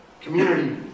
Community